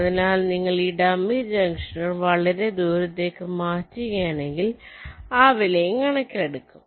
അതിനാൽ നിങ്ങൾ ഈ ഡമ്മി ജംഗ്ഷനുകൾ വളരെ ദൂരത്തേക്ക് മാറ്റുകയാണെങ്കിൽ ആ വിലയും കണക്കിലെടുക്കും